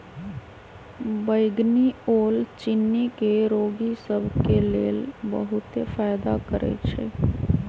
बइगनी ओल चिन्नी के रोगि सभ के लेल बहुते फायदा करै छइ